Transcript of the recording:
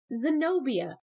Zenobia